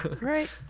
right